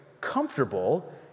comfortable